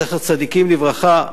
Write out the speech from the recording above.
זכר צדיקים לברכה,